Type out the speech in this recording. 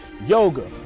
yoga